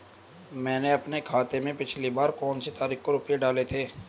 मैंने अपने खाते में पिछली बार कौनसी तारीख को रुपये डाले थे?